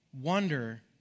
Wonder